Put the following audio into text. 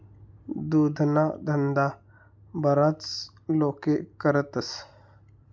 दुधना धंदा बराच लोके करतस